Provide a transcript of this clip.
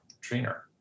trainer